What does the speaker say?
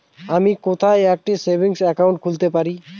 আমি কোথায় একটি সেভিংস অ্যাকাউন্ট খুলতে পারি?